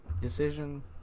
decision